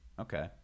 Okay